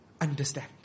understand